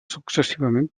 successivament